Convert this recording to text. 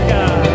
God